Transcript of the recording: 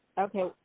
Okay